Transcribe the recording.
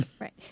Right